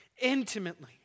intimately